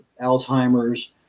Alzheimer's